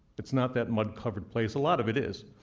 it's not that mud-covered place. a lot of it is,